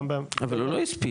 גם ב- -- אבל הוא לא הספיק.